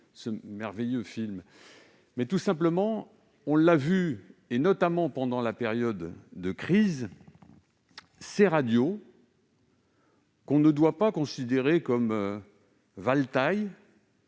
ce merveilleux film. Tout simplement, on l'a vu, et notamment pendant la période de crise, ces radios, que l'on ne doit pas considérer comme de la valetaille,